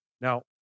Now